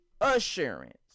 assurance